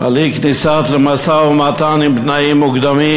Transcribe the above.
על אי-כניסה למשא-ומתן עם תנאים מוקדמים,